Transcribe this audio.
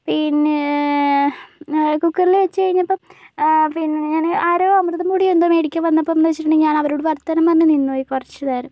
പിന്നേ കുക്കറില് വെച്ച് കഴിഞ്ഞപ്പം പിന്നെ ഞാന് ആരോ അമൃതംപൊടി എന്തോ മേടിക്കാൻ വന്നപ്പം എന്താന്ന് വെച്ചിട്ടുണ്ടെങ്കിൽ ഞാനവരോട് വർത്താനം പറഞ്ഞു നിന്നുപോയി കുറച്ചുനേരം